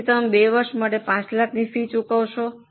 તેથી તમે 2 વર્ષ માટે 5 લાખ ફી ચૂકવશો